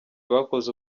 bakoze